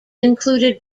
included